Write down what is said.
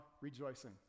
rejoicing